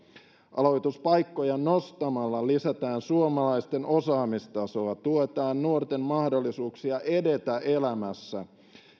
aloituspaikkoja nostamalla lisätään suomalaisten osaamistasoa tuetaan nuorten mahdollisuuksia edetä elämässä